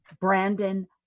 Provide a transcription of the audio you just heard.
Brandon